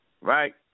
right